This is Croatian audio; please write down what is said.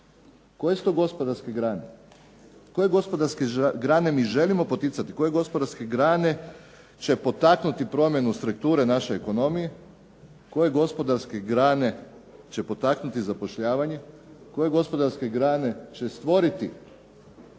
koje su to gospodarske grane, koje gospodarske grane mi želimo poticati, koje gospodarske grane će potaknuti promjenu strukture našoj ekonomiji, koje gospodarske grane će potaknuti zapošljavanje, koje gospodarske grane će stvoriti